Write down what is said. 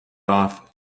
off